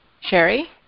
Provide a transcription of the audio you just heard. Sherry